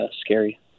scary